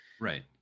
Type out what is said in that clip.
Right